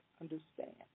understand